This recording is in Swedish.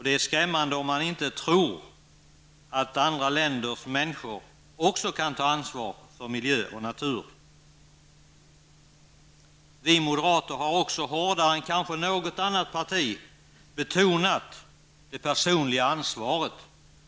Det är skrämmande om man inte tror att också människor i andra länder kan ta ansvar för miljö och natur. Vi moderater har också hårdare än kanske något annat parti betonat det personliga ansvaret.